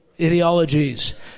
ideologies